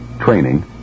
training